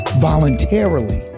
voluntarily